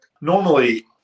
Normally